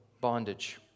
bondage